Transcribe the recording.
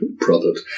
product